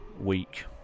week